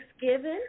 thanksgiving